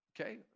okay